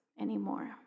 anymore